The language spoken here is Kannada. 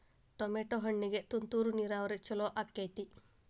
ಟಮಾಟೋ ಹಣ್ಣಿಗೆ ತುಂತುರು ನೇರಾವರಿ ಛಲೋ ಆಕ್ಕೆತಿ?